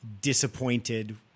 disappointed